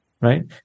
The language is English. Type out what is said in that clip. Right